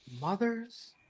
Mother's